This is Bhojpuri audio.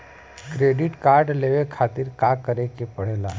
क्रेडिट कार्ड लेवे खातिर का करे के पड़ेला?